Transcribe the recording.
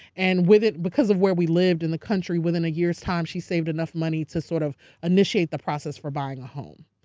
and because of where we lived in the country, within a years time, she saved enough money to sort of initiate the process for buying a home.